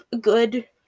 good